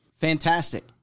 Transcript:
Fantastic